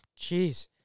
Jeez